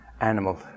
animal